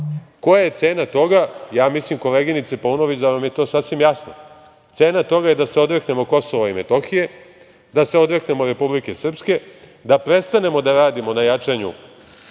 je cena toga? Ja mislim koleginice Paunović da vam je to sasvim jasno, cena toga je da se odreknemo Kosova i Metohije, da se odreknemo Republike Srpske, da prestanemo da radimo na jačanju